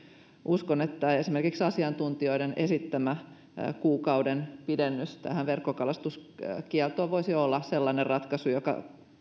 uskon että esimerkiksi asiantuntijoiden esittämä kuukauden pidennys verkkokalastuskieltoon voisi olla sellainen ratkaisu joka